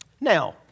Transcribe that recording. Now